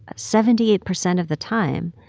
ah seventy eight percent of the time,